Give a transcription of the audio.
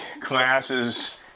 classes